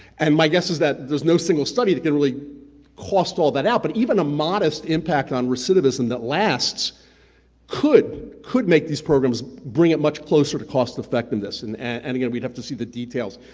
and my guess is that there's no single study that can really cost all that out. but even a modest impact on recidivism that lasts could could make these programs bring it much closer to cost effectiveness, and and and again we'd have to see the details,